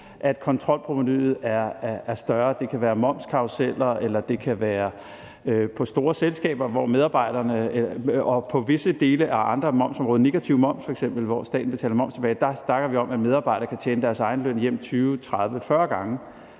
kontrolprovenuet er større. Det kan være momskarruseller, eller det kan være store selskaber. Og det kan være på visse dele af andre momsområder, altså f.eks. negativ moms, hvor staten betaler moms tilbage. Der snakker vi om, at medarbejdere kan tjene deres egen løn hjem 20, 30, 40 gange,